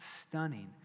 stunning